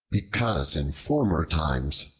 because in former times,